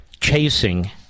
chasing